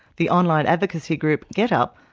the online advocacy group getup!